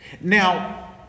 Now